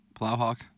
Plowhawk